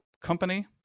company